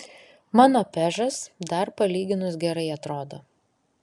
mano pežas dar palyginus gerai atrodo